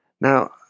now